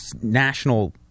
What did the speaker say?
national